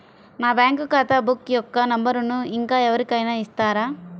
నా బ్యాంక్ ఖాతా బుక్ యొక్క నంబరును ఇంకా ఎవరి కైనా ఇస్తారా?